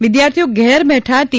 વિદ્યાર્થીઓ ઘેર બેઠાં ટી